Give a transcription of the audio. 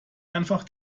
einfach